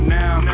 now